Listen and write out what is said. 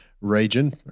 Region